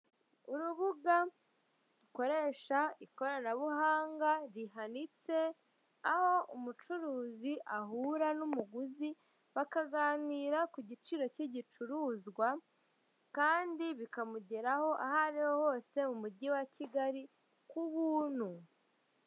Urubuga rukoresha ikoranabuhanga rihanitse aho umucuruzi ahura n'umuguzi bakaganira ku giciro cy'ikicuruzwa kandi bikamugeraho aho ariho hose mu mujyi wa Kigali ku buntu.